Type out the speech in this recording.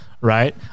right